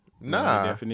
Nah